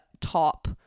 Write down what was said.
top